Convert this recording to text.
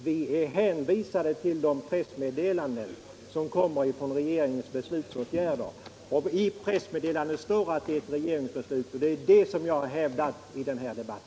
Herr talman! Nej, jag är som de flesta andra medborgare i vårt land hänvisad till de pressmeddelanden om regeringens beslut som publiceras. I pressmeddelandet står att det är fråga om ett regeringsbeslut, och det är det som jag har hävdat i denna debatt.